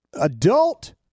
adult